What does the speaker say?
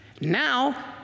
Now